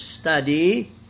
study